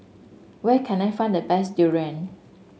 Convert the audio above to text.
where can I find the best durian